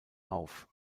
auf